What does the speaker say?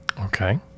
Okay